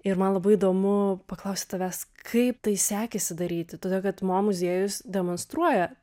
ir man labai įdomu paklausti tavęs kaip tai sekėsi daryti todėl kad mo muziejus demonstruoja